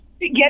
get